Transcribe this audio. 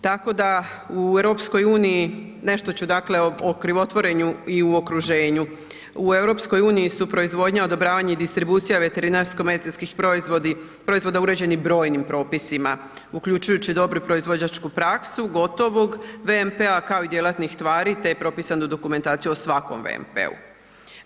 Tako da u EU, nešto ću dakle o krivotvorenju i u okruženju, u EU su proizvodnja, odobravanje i distribucija veterinarsko-medicinskih proizvodi, proizvoda uređeni brojnim propisima uključujući dobru proizvođaču praksu gotovog VMP-a kao i djelatnih tvari te je propisanu dokumentaciju o svakom VMP-u.